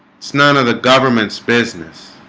it's none of the government's business